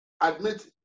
admit